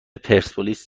پرسپولیس